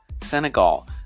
Senegal